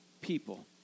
people